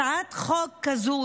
הצעת חוק כזאת,